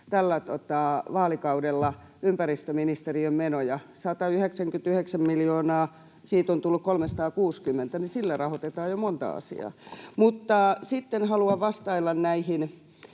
tällä vaalikaudella ympäristöministeriön menoja, 199 miljoonasta on tullut 360, ja sillä rahoitetaan jo monta asiaa. Mutta sitten haluan vastailla näihin